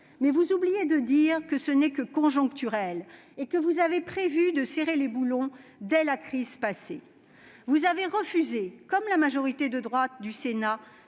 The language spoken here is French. Mais vous oubliez de dire que c'est conjoncturel, et que vous avez prévu de « serrer les boulons » dès la crise passée. Vous avez refusé, comme la majorité de droite du Sénat,